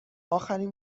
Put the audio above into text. آخرین